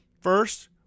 First